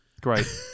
Great